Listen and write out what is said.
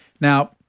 Now